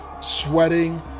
sweating